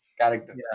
character